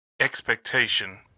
expectation